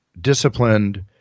disciplined